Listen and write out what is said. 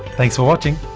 thanks for watching.